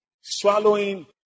swallowing